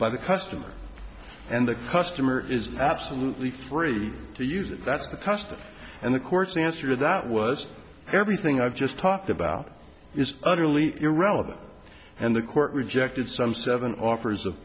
by the customer and the customer is absolutely free to use it that's the custom and the court's answer to that was everything i've just talked about is utterly irrelevant and the court rejected some seven offers of